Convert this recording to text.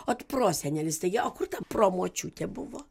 ot prosenelis taigi o kur ta promočiutė buvo